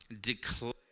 declare